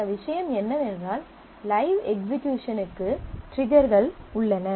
மற்ற விஷயம் என்னவென்றால் லைவ் எக்சிகியூசனுக்கு ட்ரிகர்கள் உள்ளன